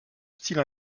style